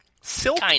Silk